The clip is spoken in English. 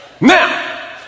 Now